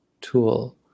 tool